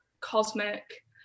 cosmic